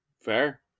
Fair